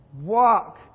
Walk